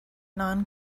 non